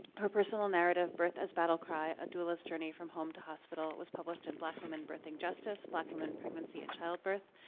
her personal narrative, birth as battlecry a dualist journey from home to hospital, was published in black women birthing justice, black women and pregnancy and childbirth.